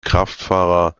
kraftfahrer